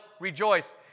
rejoice